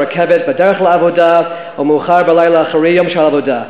ברכבת בדרך לעבודה או מאוחר בלילה אחרי יום של עבודה,